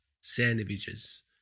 sandwiches